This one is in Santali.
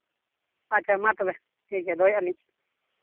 ᱟᱪᱪᱷᱟ ᱢᱟ ᱛᱚᱵᱮ ᱴᱷᱤᱠ ᱜᱮᱭᱟ ᱫᱚᱦᱚᱭᱮᱫᱼᱟᱹᱞᱤᱧ